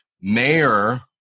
Mayor